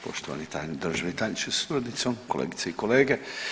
Poštovani državni tajniče sa suradnicom, kolegice i kolege.